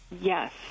yes